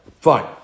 Fine